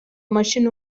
ماشین